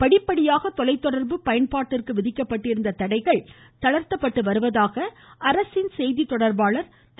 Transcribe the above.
படிப்படியாக தொலை தொடர்பு பயன்பாட்டிற்கு விதிக்கப்பட்டிருந்த தடைகள் தளர்த்தப்பட்டு வருவதாக அரசு செய்தி தொடர்பாளர் திரு